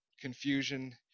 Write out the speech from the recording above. confusion